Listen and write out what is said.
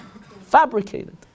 Fabricated